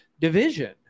division